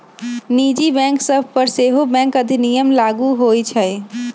निजी बैंक सभ पर सेहो बैंक अधिनियम लागू होइ छइ